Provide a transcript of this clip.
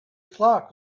clock